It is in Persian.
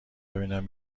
ببینم